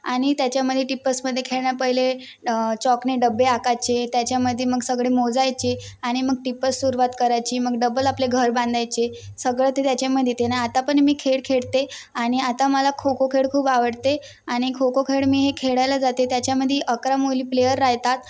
आणि त्याच्यामध्ये टिप्पसमध्ये खेळण्या पहिले ड चॉकने डब्बे आखायचे त्याच्यामध्ये मग सगळे मोजायचे आणि मग टिप्पस सुरुवात करायची मग डब्बल आपले घर बांधायचे सगळं ते त्याच्यामध्ये येते ना आता पण मी खेळ खेळते आणि आता मला खो खो खेळ खूप आवडते आणि खो खो खेळ मी हे खेळायला जाते त्याच्यामध्ये अकरा मुली प्लेयर राहतात